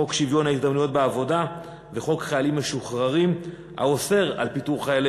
חוק שוויון ההזדמנויות בעבודה וחוק חיילים משוחררים האוסר פיטורי חיילי